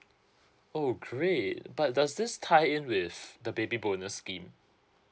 oh great but does this tie in with the baby bonus scheme